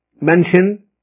Mention